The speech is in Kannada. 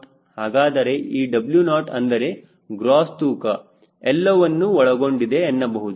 ಹಾಗಾದರೆ ಈ W0 ಅಂದರೆ ಗ್ರೋಸ್ ತೂಕ ಎಲ್ಲವನ್ನು ಒಳಗೊಂಡಿದೆ ಎನ್ನಬಹುದು